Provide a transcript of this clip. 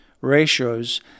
ratios